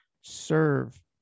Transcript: serve